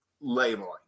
labeling